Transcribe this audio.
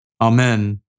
Amen